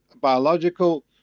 biological